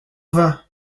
vin